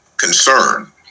concern